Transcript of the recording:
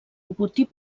logotip